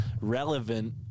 relevant